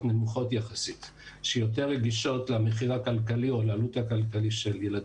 נמוכות יחסית שיותר רגישות למחיר הכלכלי או לעלות הכלכלית של ילדים.